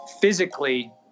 physically